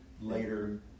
later